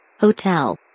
Hotel